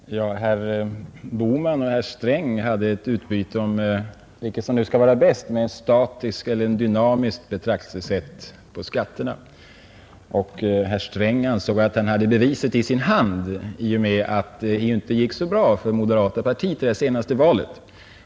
Fru talman! Herr Bohman och herr Sträng hade ett tankeutbyte om vilket som skall vara bäst i fråga om skatterna: ett statiskt eller ett dynamiskt betraktelsesätt. Herr Sträng ansåg att han hade beviset i sin hand i och med att det inte gick så bra för moderata samlingspartiet i det senaste valet.